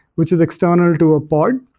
which is external to a pod.